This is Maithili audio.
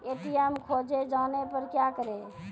ए.टी.एम खोजे जाने पर क्या करें?